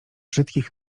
brzydkich